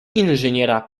inżyniera